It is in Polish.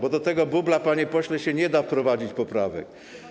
Bo do tego bubla, panie pośle, nie da się wprowadzić poprawek.